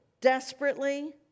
desperately